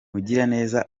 mugiraneza